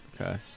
Okay